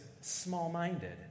small-minded